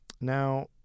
Now